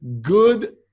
good